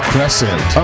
Crescent